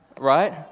Right